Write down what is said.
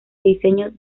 diseño